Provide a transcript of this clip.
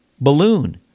Balloon